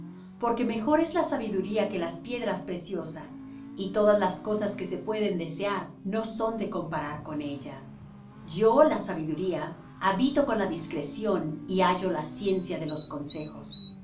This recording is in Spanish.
porque mejor es la sabiduría que las piedras preciosas y todas las cosas que se pueden desear no son de comparar con ella yo la sabiduría habito con la discreción y hallo la ciencia de los consejos